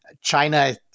China